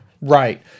Right